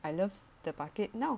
I love the bucket now